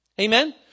Amen